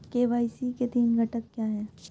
KYC के तीन घटक क्या हैं?